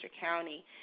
county